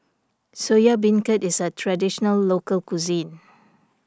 Soya Beancurd is a Traditional Local Cuisine